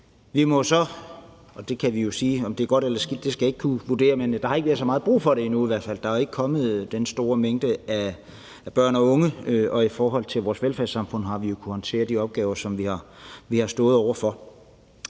Vi må jo så sige – om det er godt eller skidt, skal jeg ikke kunne vurdere – at der har ikke været så meget brug for det, i hvert fald ikke endnu. Der er ikke kommet den store mængde af børn eller unge, og i forhold til vores velfærdssamfund har vi kunnet håndtere de opgaver, som vi har stået over for.